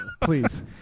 Please